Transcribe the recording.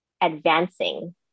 advancing